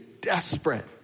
desperate